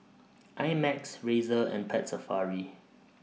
I Max Razer and Pet Safari